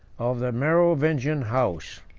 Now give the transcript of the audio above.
of the merovingian house.